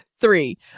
three